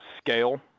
scale